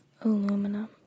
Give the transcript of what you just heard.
Aluminum